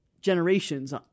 generations